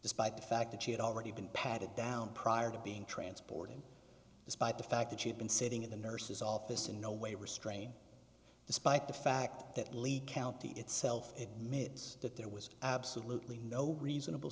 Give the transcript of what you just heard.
despite the fact that she had already been patted down prior to being transported despite the fact that she had been sitting in the nurse's office in no way restrain despite the fact that lee county itself mit's that there was absolutely no reasonable